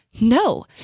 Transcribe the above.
No